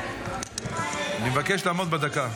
אני מבקש לעמוד בדקה.